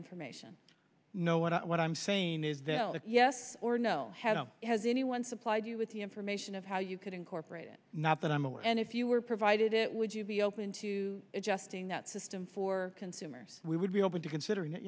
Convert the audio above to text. information no what i'm saying is that yes or no had no has anyone supplied you with the information of how you could incorporate it not that i'm aware and if you were provided it would you be open to jesting that system for consumers we would be open to considering it